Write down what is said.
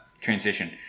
transition